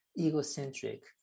egocentric